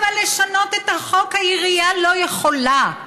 אבל לשנות את החוק העירייה לא יכולה,